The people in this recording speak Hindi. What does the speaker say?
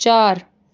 चार